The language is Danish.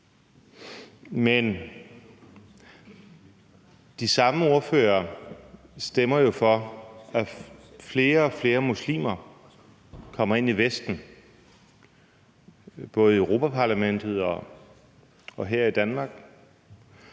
Men de samme ordførere stemmer jo for, at flere og flere muslimer kommer ind i Vesten, både i Europa-Parlamentet og her i Danmark.